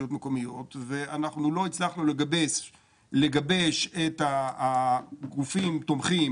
אנחנו לא הצלחנו לגבש את הגופים התומכים